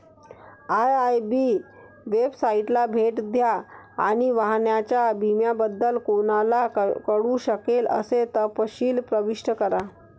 IIB वेबसाइटला भेट द्या आणि वाहनाच्या विम्याबद्दल कोणाला कळू शकेल असे तपशील प्रविष्ट करा